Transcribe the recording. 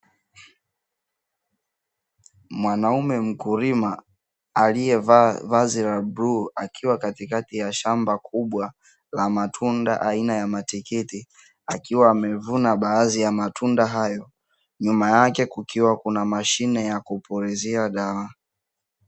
Mwanaume mkulima aliyevaa vazi la bluu akiwa katikati ya shamba kubwa la matunda aina ya matikiti, akiwa amevuna baadhi ya matunda hayo nyuma yake kukiwa kuna mashine ya kupulizia dawa.